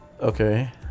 Okay